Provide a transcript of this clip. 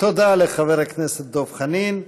תודה לחבר הכנסת חנין.